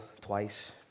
twice